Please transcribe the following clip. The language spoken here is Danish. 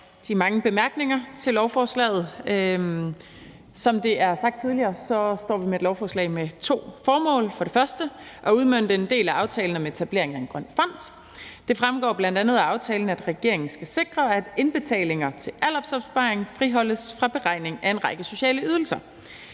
de mange bemærkninger til lovforslaget. Som det er sagt tidligere, står vi med et lovforslag med to formål, nemlig for det første at udmønte en del af aftalen om etablering af en grøn fond. Det fremgår bl.a. af aftalen, at regeringen skal sikre, at indbetalinger til aldersopsparing friholdes fra beregning af en række sociale ydelser.